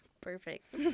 Perfect